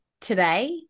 today